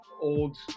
Old